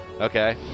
okay